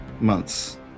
Months